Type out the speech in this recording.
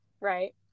right